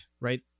right